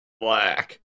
black